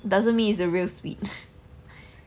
doesn't mean it's a real suite